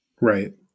Right